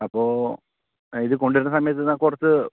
അപ്പോൾ ഇത് കൊണ്ട് വരുന്ന സമയത്ത് എന്നാൽ കുറച്ച്